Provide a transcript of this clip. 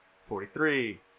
forty-three